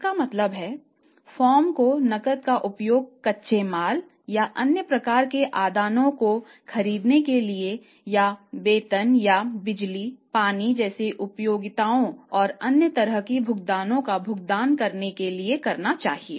इसका मतलब है फर्म को नकद का उपयोग कच्चे माल या अन्य प्रकार के आदानों को खरीदने के लिए या वेतन या बिजली पानी जैसी उपयोगिताओं और अन्य तरह की भुगतान का भुगतान करने के लिए करना चाहिए